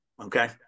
Okay